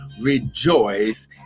rejoice